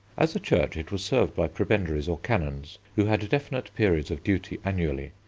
as a church it was served by prebendaries or canons, who had definite periods of duty annually,